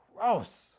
Gross